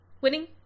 Winning